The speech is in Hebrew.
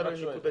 אני רק שואל.